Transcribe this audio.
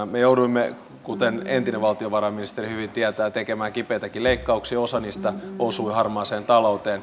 me jouduimme kuten entinen valtiovarainministeri hyvin tietää tekemään kipeitäkin leikkauksia osa niistä osui harmaaseen talouteen